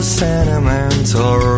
sentimental